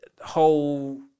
Whole